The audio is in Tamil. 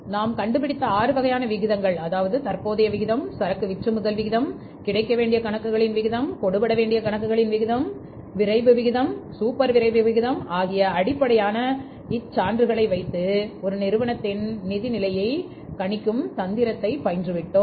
நாம் கண்டுபிடித்த ஆறுவகையான விகிதங்கள் அதாவது கரண்ட் ரேஷியோ ஆகிய அடிப்படையான சான்றுகளை வைத்து ஒரு நிறுவனத்தின் நிதி நிலைமையை கணிக்கும் தந்திரத்தை பயின்று விட்டோம்